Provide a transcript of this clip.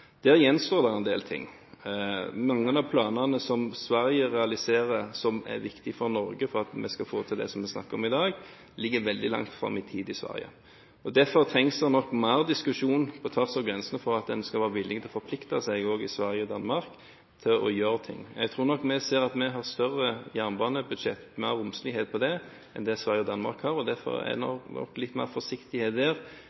Der gjenstår det en del. Mange av planene som Sverige realiserer, som er viktige for Norge for at vi skal få til det vi snakker om i dag, ligger veldig langt fram i tid i Sverige. Derfor trengs det nok mer diskusjon på tvers av grensene for å være villig til å forplikte seg også i Sverige og Danmark til å gjøre noe. Jeg tror nok vi ser at vi har større og mer romslige jernbanebudsjetter enn det Sverige og Danmark har. Derfor er